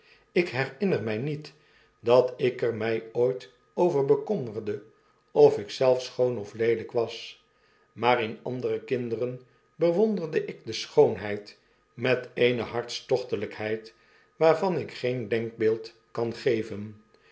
ik herinner mij niet dat ik er mij ooit over bekommerde ofikzelf schoon of leelijk was maar in andere kinderen bewonderde ik de schoonheid met eene hartstochtelijkheid waarvan ik geen denkbeeld kan geven